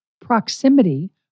proximity